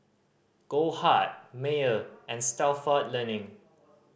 Goldheart Mayer and Stalford Learning